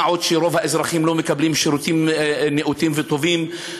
מה עוד שרוב האזרחים לא מקבלים שירותים נאותים וטובים.